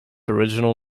original